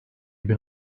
bin